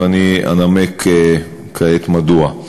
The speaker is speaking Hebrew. ואני אנמק כעת מדוע.